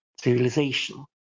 civilization